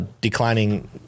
declining